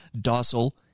docile